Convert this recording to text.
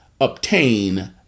obtain